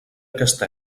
aquest